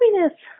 happiness